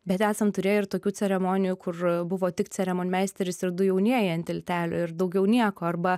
bet esam turėję ir tokių ceremonijų kur buvo tik ceremonmeisteris ir du jaunieji ant tiltelio ir daugiau nieko arba